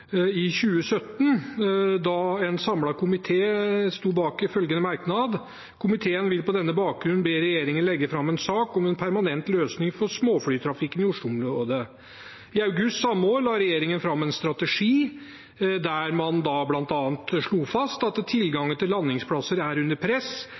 2017, da en samlet komité sto bak følgende merknad: «Komiteen vil på denne bakgrunn be regjeringen legge fram en sak om en permanent løsning for småflytrafikken i Oslo-området.» I august samme år la regjeringen fram en strategi der man bl.a. slo fast at tilgangen til landingsplasser var under press,